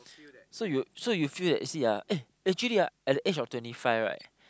so you so you feel that you see ah eh actually ah at the age of twenty five right